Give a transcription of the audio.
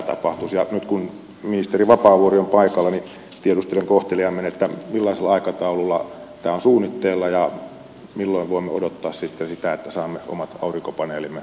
nyt kun ministeri vapaavuori on paikalla niin tiedustelen kohteliaimmin millaisella aikataululla tämä on suunnitteilla ja milloin voimme odottaa sitten sitä että saamme omat aurinkopaneelimme kytkettyä tuonne verkkoon